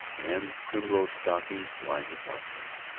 and primrose stockings lying across them.